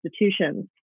institutions